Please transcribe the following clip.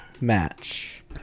match